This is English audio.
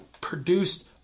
Produced